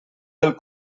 del